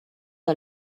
que